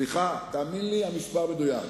סליחה, תאמין לי שהמספר מדויק.